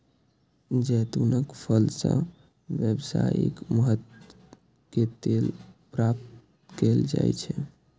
जैतूनक फल सं व्यावसायिक महत्व के तेल प्राप्त कैल जाइ छै